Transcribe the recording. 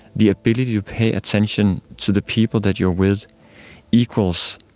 the ability to pay attention to the people that you are with equals